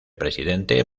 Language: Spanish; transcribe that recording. presidente